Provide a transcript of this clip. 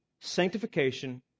sanctification